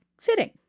fitting